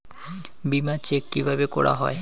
বিমা চেক কিভাবে করা হয়?